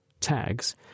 tags